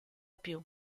più